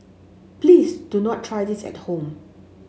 please do not try this at home